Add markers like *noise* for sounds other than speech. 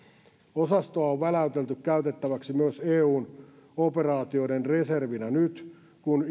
osastoa on väläytelty käytettäväksi myös eun operaatioiden reservinä nyt kun *unintelligible*